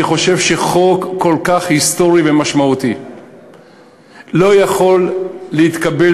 אני חושב שחוק כל כך היסטורי ומשמעותי לא יכול להתקבל,